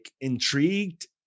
intrigued